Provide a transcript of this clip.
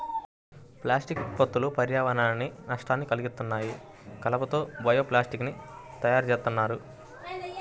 plastic ఉత్పత్తులు పర్యావరణానికి నష్టాన్ని కల్గిత్తన్నాయి, కలప తో బయో ప్లాస్టిక్ ని తయ్యారుజేత్తన్నారు